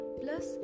plus